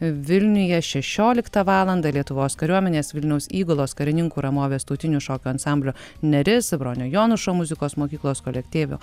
vilniuje šešioliktą valandą lietuvos kariuomenės vilniaus įgulos karininkų ramovės tautinių šokių ansamblio neris bronio jonušo muzikos mokyklos kolektyvo